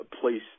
place